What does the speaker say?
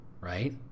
right